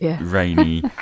rainy